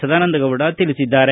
ಸದಾನಂದಗೌಡ ತಿಳಿಸಿದ್ದಾರೆ